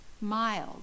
mild